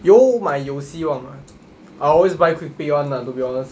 有买有希望 ah I always buy quick pick one ah to be honest